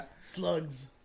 Slugs